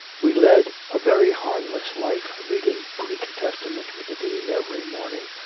we led a very harmless life, reading greek testament with the dean every morning,